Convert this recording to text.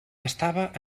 estava